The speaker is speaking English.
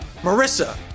Marissa